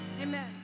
amen